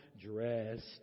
dressed